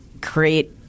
create